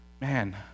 man